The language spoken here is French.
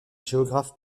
géographes